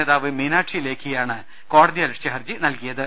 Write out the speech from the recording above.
നേതാവ് മീനാക്ഷി ലേഖിയാണ് കോടതിയലക്ഷ്യ ഹർജി നൽകിയത്